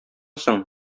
соң